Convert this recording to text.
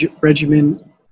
regimen